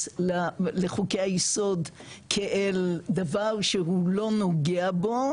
לחוקי היסוד כאל דבר שהוא לא נוגע בו,